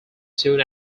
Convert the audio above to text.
soon